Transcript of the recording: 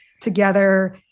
together